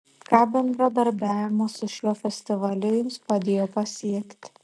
ką bendradarbiavimas su šiuo festivaliu jums padėjo pasiekti